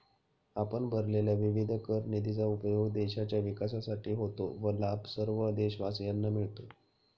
आपण भरलेल्या विविध कर निधीचा उपयोग देशाच्या विकासासाठी होतो व लाभ सर्व देशवासियांना मिळतो